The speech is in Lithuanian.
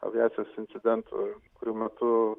aviacijos incidentų kurių metu